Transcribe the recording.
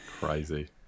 Crazy